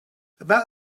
about